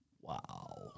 Wow